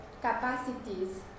capacities